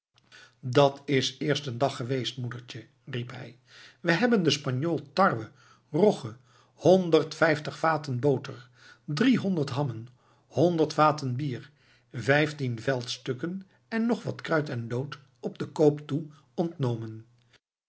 dat is eerst een dag geweest moedertje riep hij we hebben den spanjool tarwe rogge honderdvijftig vaten boter driehonderd hammen honderd vaten bier vijftien veldstukken en nog wat kruit en lood op den koop toe ontnomen